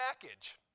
package